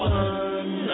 one